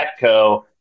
Petco